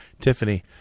Tiffany